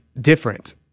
different